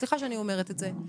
סליחה שאני אומרת את זה,